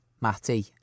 Matty